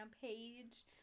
page